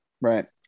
right